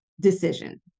decision